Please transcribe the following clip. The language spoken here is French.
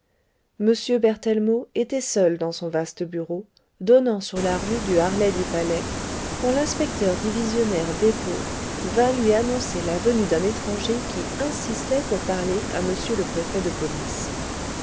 m berthellemot était seul dans son vaste bureau donnant sur la rue du harlay du palais quand l'inspecteur divisionnaire despaux vint lui annoncer la venue d'un étranger qui insistait pour parler à m le préfet de police